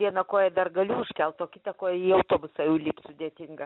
vieną koją dar galiu užkelt o kita koja į autobusą jau įlipt sudėtinga